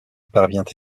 parvient